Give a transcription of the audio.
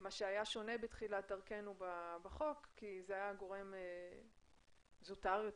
מה שהיה שונה בתחילת דרכנו בחוק כי זה היה גורם זוטר יותר,